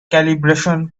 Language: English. calibration